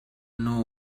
know